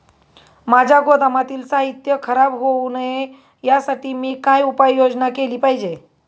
माझ्या गोदामातील साहित्य खराब होऊ नये यासाठी मी काय उपाय योजना केली पाहिजे?